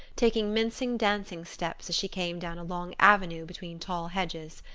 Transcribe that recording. taking mincing dancing steps as she came down a long avenue between tall hedges.